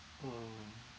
um